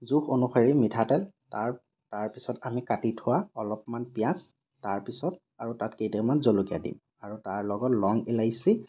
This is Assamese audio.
জোখ অনুসৰি মিঠাতেল তাৰ তাৰ পিছত আমি কাটি থোৱা অলপমান পিঁয়াজ তাৰ পিছত আৰু তাত কেইটামান জলকীয়া দিম আৰু তাৰ লগত লং ইলাইচী